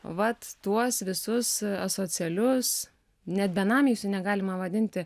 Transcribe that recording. vat tuos visus asocialius net benamiais jų negalima vadinti